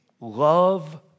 Love